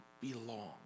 belong